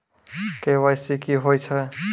KYC की होय छै?